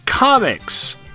Comics